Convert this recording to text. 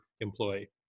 employee